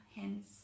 hence